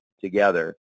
together